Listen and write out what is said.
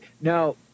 Now